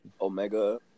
Omega